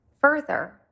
further